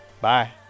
Bye